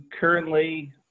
Currently